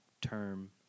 term